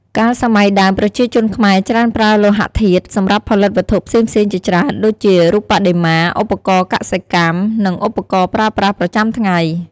កាលសម័យដើមប្រជាជនខ្មែរច្រើនប្រើលោហធាតុ សម្រាប់ផលិតវត្ថុផ្សេងៗជាច្រើន ដូចជារូបបដិមា ឧបករណ៍កសិកម្ម និងឧបករណ៍ប្រើប្រាស់ ប្រចាំថ្ងៃ។